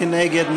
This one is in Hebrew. מי נגד?